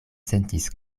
sentis